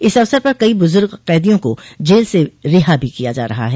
इस अवसर पर कई बुज़र्ग कदियों को जेल से रिहा भी किया जा रहा है